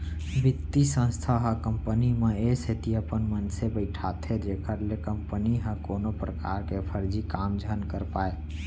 बित्तीय संस्था ह कंपनी म ए सेती अपन मनसे बइठाथे जेखर ले कंपनी ह कोनो परकार के फरजी काम झन कर पाय